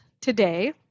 today